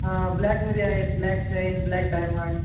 हा ब्लॅकमध्ये आहेत ब्लॅक शाईन ब्लॅक डायमंड